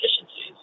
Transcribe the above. efficiencies